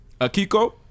Akiko